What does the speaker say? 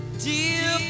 Dear